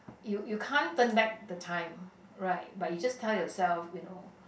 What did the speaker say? you you can't turn back the time right but you just tell yourself you know